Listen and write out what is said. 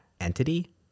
entity